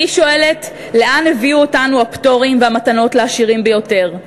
אני שואלת: לאן הביאו אותנו הפטורים והמתנות לעשירים ביותר?